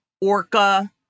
Orca